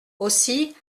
aussi